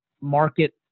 market